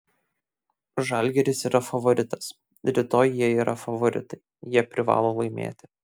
žalgiris yra favoritas rytoj jie yra favoritai jie privalo laimėti